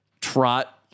trot